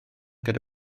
gyda